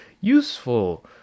useful